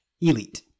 Elite